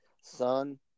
son